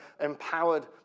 empowered